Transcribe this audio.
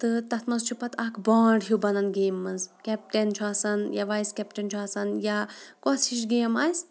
تہٕ تَتھ منٛز چھُ پَتہٕ اَکھ بونڈ ہیوٗ بَنان گیمہِ منٛز کیپٹَن چھُ آسان یا وایِس کیپٹَن چھُ آسان یا کۄس ہِش گیم آسہِ